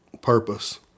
purpose